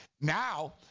now –